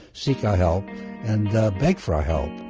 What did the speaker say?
seek our help and beg for our help.